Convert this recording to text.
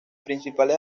principales